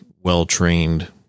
well-trained